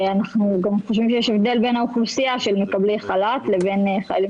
אנחנו גם חושבים שיש הבדל בין האוכלוסייה של מקבלי חל"ת לבין חיילים